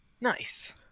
Nice